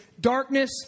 darkness